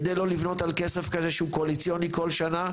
כדי לא לבנות על כסף כזה שהוא קואליציוני בכל שנה,